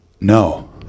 No